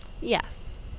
Yes